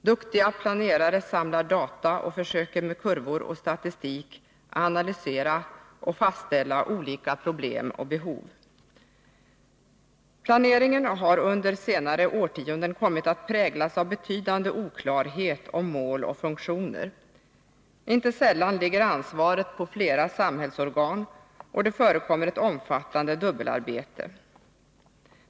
Duktiga planerare samlar data och försöker med kurvor och statistik analysera och fastställa olika problem och behov. Planeringen har under senare årtionden kommit att präglas av betydande oklarhet om mål och funktioner. Inte sällan ligger ansvaret på flera samhällsorgan, och det förekommer ett omfattande dubbelarbete.